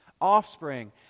Offspring